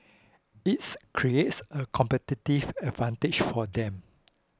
it's creates a competitive advantage for them